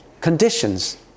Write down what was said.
conditions